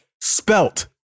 Spelt